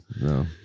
No